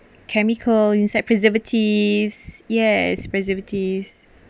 chemical inside preservatives yes preservatives